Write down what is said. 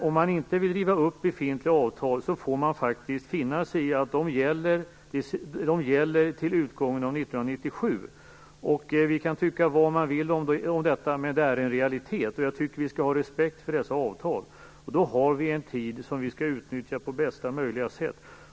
Om man inte vill riva upp befintliga avtal, får man faktiskt finna sig i att de gäller till utgången av 1997. Man kan tycka vad man vill om detta, men det är en realitet. Jag tycker att man skall ha respekt för dessa avtal. Vi har en tid som vi skall utnyttja på bästa sätt.